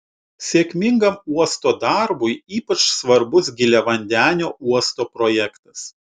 sėkmingam uosto darbui ypač svarbus giliavandenio uosto projektas